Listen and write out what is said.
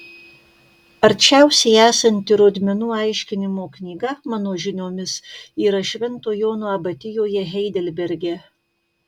arčiausiai esanti rodmenų aiškinimo knyga mano žiniomis yra švento jono abatijoje heidelberge